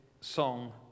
song